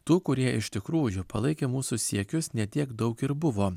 tų kurie iš tikrųjų palaikė mūsų siekius ne tiek daug ir buvo